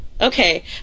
Okay